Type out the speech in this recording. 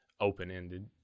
open-ended